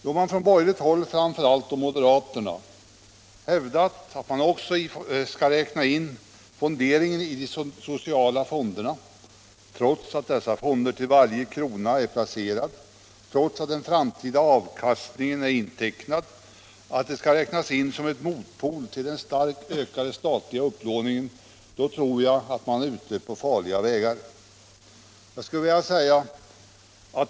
Då man från borgerligt håll, framför allt från moderaterna, har hävdat att också fonderingen i de sociala fonderna måste räknas in — trots att dessa fonder till varje krona är placerade och trots att den framtida avkastningen är intecknad - som en motpol till den starkt ökade statliga upplåningen, då tror jag att man är ute på farliga vägar.